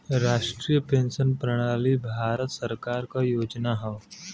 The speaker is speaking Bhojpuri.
राष्ट्रीय पेंशन प्रणाली भारत सरकार क योजना हौ